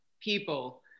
people